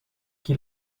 qui